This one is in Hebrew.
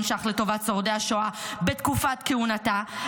שקלים לטובת שורדי השואה בתקופת כהונתה,